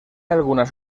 algunas